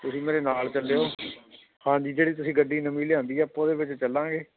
ਤੁਸੀਂ ਮੇਰੇ ਨਾਲ ਚੱਲਿਓ ਹਾਂਜੀ ਜਿਹੜੇ ਤੁਸੀਂ ਗੱਡੀ ਨਵੀਂ ਲਿਆਂਦੀ ਆ ਆਪਾਂ ਉਹਦੇ ਵਿੱਚ ਚੱਲਾਂਗੇ